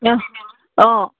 অঁ অঁ